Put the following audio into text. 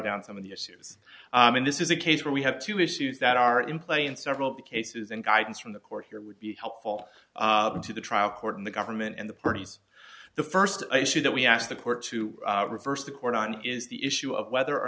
down some of the issue i mean this is a case where we have two issues that are in play in several of the cases and guidance from the court here would be helpful to the trial court and the government and the parties the first issue that we ask the court to reverse the court on is the issue of whether or